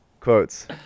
quotes